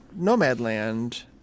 Nomadland